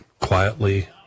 quietly